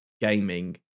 gaming